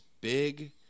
big